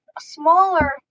smaller